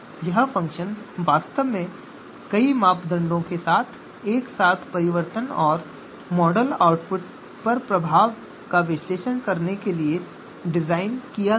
यह फ़ंक्शन वास्तव में कई मापदंडों में एक साथ परिवर्तन और मॉडल आउटपुट पर प्रभाव का विश्लेषण करने के लिए डिज़ाइन किया गया है